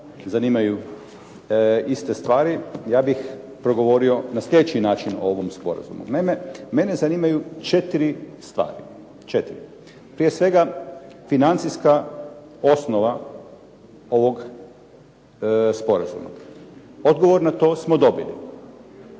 zanimaju iste stvari, ja bih progovorio na sljedeći način o ovom sporazumu. Naime, mene zanimaju 4 stvari. Prije svega financijska osnova ovog sporazuma. Odgovor na to smo dobili.